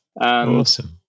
Awesome